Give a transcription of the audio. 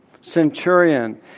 centurion